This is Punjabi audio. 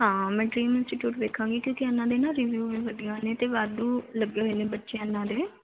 ਹਾਂ ਮੈਂ ਡਰੀਮ ਇੰਸਟੀਚਿਊਟ ਵੇਖਾਂਗੀ ਕਿਉਂਕਿ ਇਹਨਾਂ ਦੇ ਨਾ ਰਿਵਿਊ ਵਧੀਆ ਨੇ ਅਤੇ ਵਾਧੂ ਲੱਗੇ ਹੋਏ ਨੇ ਬੱਚੇ ਇਹਨਾਂ ਦੇ